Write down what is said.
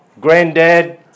granddad